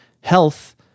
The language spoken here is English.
health